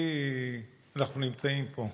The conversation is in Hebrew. אנחנו נמצאים פה.